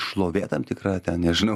šlovė tam tikra ten nežinau